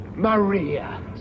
Maria